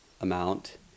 amount